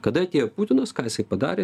kada atėjo putinas ką jisai padarė